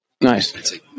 Nice